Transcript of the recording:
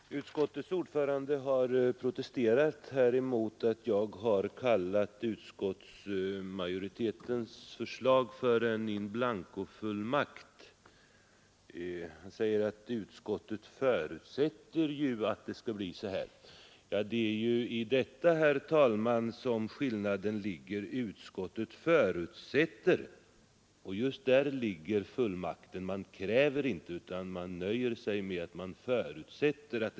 Herr talman! Utskottets ordförande har protesterat mot att jag har kallat utskottsmajoritetens förslag för en inblankofullmakt. Han säger att utskottet förordar ju att det skall bli så och så. Det är just i detta, herr talman, som fullmakten ligger. Utskottet kräver ingenting utan nöjer sig med att förutsätta.